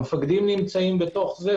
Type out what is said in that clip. המפקדים נמצאים בתוך זה,